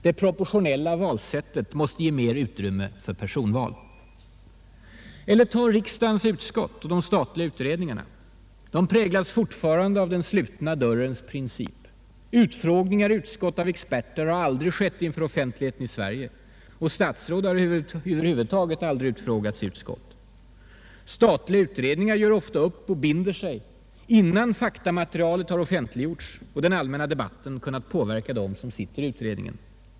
Det proportionella valsättet måste ge mer utrymme för personval. Eller ta riksdagens utskott och de statliga utredningarna. De präglas fortfarande av den slutna dörrens princip. Utfrågningar i utskott av exper:er har aldrig skett inför offentligheten i Sverige, och statsråd har över huvud taget aldrig utfrågats av utskott. Statliga utredningar gör ofta upp och binder sig innan faktamaterialet har offentliggjorts och den offentliga debatten kunnat påverka dem som sitter i utredningen.